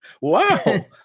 Wow